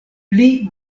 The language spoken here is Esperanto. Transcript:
pli